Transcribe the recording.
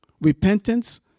repentance